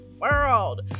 world